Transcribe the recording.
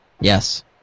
Yes